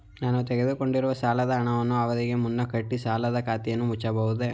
ನಾನು ತೆಗೆದುಕೊಂಡಿರುವ ಸಾಲದ ಹಣವನ್ನು ಅವಧಿಗೆ ಮುನ್ನ ಕಟ್ಟಿ ಸಾಲದ ಖಾತೆಯನ್ನು ಮುಚ್ಚಬಹುದೇ?